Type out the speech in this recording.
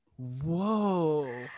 whoa